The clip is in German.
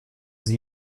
sie